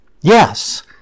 Yes